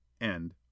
End